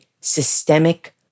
systemic